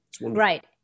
right